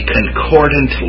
Concordant